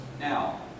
Now